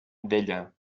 deia